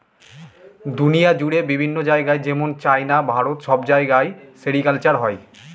দুনিয়া জুড়ে বিভিন্ন জায়গায় যেমন চাইনা, ভারত সব জায়গায় সেরিকালচার হয়